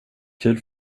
kul